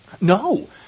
No